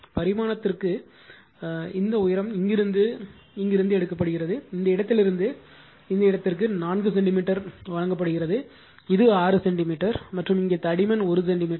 பரிமாணத்திற்கு இந்த உயரம் இங்கிருந்து இங்கிருந்து கொடுக்கப்படுகிறது இந்த இடத்திலிருந்து இந்த இடத்திற்கு 4 சென்டிமீட்டர் வழங்கப்படுகிறது இது 6 சென்டிமீட்டர் மற்றும் இங்கே தடிமன் 1 சென்டிமீட்டர்